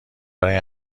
برای